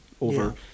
over